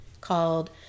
called